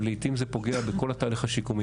לעיתים זה פוגע בכל התהליך השיקומי.